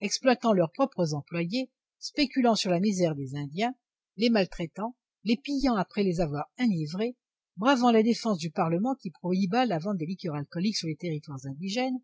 exploitant leurs propres employés spéculant sur la misère des indiens les maltraitant les pillant après les avoir enivrés bravant la défense du parlement qui prohiba la vente des liqueurs alcooliques sur les territoires indigènes